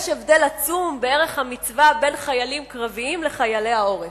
יש הבדל עצום בערך המצווה בין חיילים קרביים לחיילי העורף.